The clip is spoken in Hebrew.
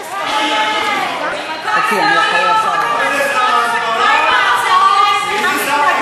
יש הסכמה להעביר את זה לוועדת החוקה?